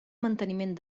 manteniment